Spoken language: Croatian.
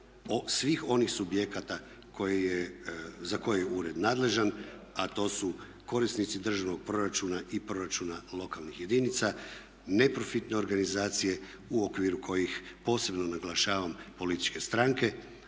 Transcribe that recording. svih onih subjekata za koje je ured nadležan a to su korisnici državnog proračuna i proračuna lokalnih jedinica, neprofitne organizacije u okviru kojih posebno naglašavam političke stranke,